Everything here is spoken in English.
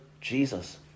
Jesus